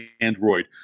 Android